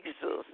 Jesus